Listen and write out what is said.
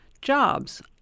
jobs